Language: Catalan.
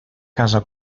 casa